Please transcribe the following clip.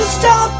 stop